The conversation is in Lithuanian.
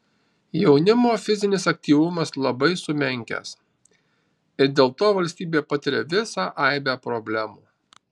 jaunimo fizinis aktyvumas labai sumenkęs ir dėl to valstybė patiria visą aibę problemų